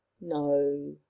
No